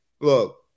look